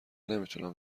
نمیتونم